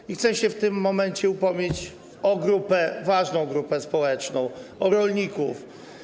I chcę się w tym momencie upomnieć o grupę, ważną grupę społeczną, o rolników.